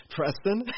Preston